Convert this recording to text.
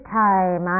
time